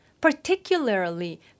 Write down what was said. Particularly